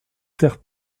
terre